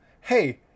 hey